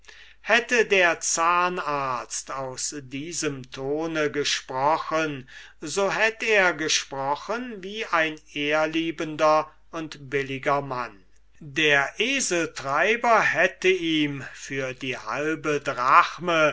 hätte der zahnarzt aus diesem tone gesprochen so hätt er gesprochen wie ein ehrliebender und billiger mann der eseltreiber hätte ihm für die halbe drachme